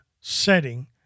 setting